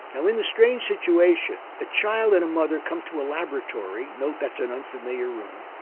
now in the strange situation the child and a mother come to a laboratory, note that's an unfamiliar room,